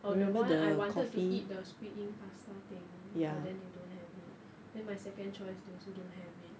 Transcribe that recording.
or the one I wanted to eat the squid ink pasta thing but then they don't have it then my second choice they also don't have it